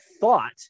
thought